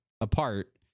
apart